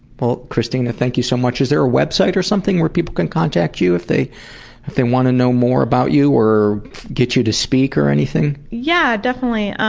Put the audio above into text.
well, christina, thank you so much. is there a web site or something where people can contact you if they if they want to know more about you, or get you to speak, or anything? yeah, definitely.